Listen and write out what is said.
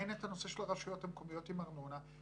הן את הנושא של הרשויות המקומיות עם הארנונה,